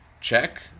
check